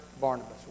Barnabas